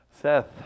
Seth